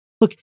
look